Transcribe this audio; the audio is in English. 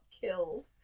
killed